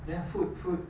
ya food food